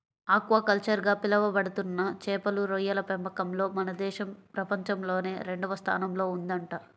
aquaculture గా పిలవబడుతున్న చేపలు, రొయ్యల పెంపకంలో మన దేశం ప్రపంచంలోనే రెండవ స్థానంలో ఉందంట